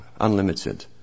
unlimited